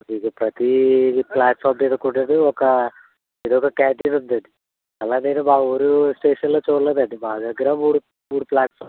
ప్రతి ఫ్లాట్ఫామ్ మీద కూడా ఒక క్యాంటీన్ ఉందండి అలాగే మా ఊరు స్టేషన్లో చూడలేదండి మా దగ్గర ఊరు ఊరు ఫ్లాట్ఫామ్